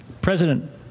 President